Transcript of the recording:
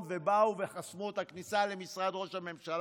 ובאו וחסמו את הכניסה למשרד ראש הממשלה?